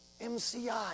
MCI